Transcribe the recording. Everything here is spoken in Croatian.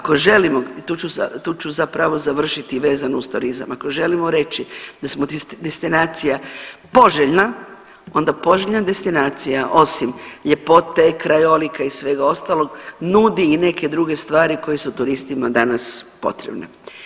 Ako želimo i tu ću, tu ću zapravo završiti vezano uz turizam, ako želimo reći da smo destinacija poželjna onda poželjna destinacija osim ljepote krajolika i svega ostalog nudi i neke druge stvari koje su turistima danas potrebne.